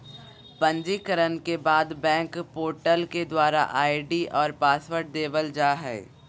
पंजीकरण के बाद बैंक पोर्टल के द्वारा आई.डी और पासवर्ड देवल जा हय